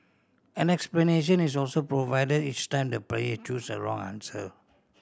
an explanation is also provide each time the player choose a wrong answer